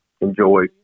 enjoy